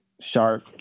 sharp